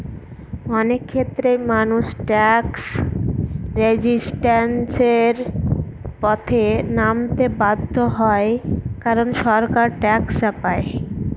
অনেক ক্ষেত্রেই মানুষ ট্যাক্স রেজিস্ট্যান্সের পথে নামতে বাধ্য হয় কারন সরকার ট্যাক্স চাপায়